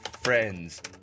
friends